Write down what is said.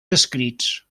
descrits